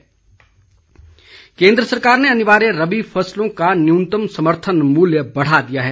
समर्थन मल्य केन्द्र सरकार ने अनिवार्य रबी फसलों का न्यूनतम समर्थन मूल्य बढ़ा दिया है